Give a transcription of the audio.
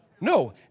No